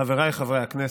חבריי חברי הכנסת,